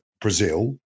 Brazil